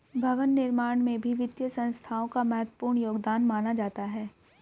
भवन निर्माण में भी वित्तीय संस्थाओं का महत्वपूर्ण योगदान माना जाता है